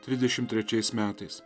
trisdešim trečiais metais